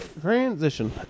Transition